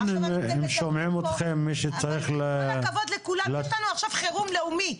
עם כל הכבוד לכולם, יש לנו עכשיו חירום לאומי.